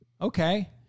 okay